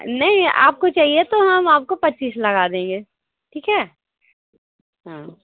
नहीं आपको चाहिए तो हम आपको पच्चीस लगा देंगे ठीक है हाँ